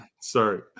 sorry